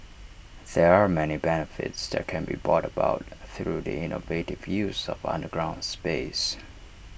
there are many benefits that can be brought about through the innovative use of underground space